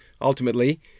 ultimately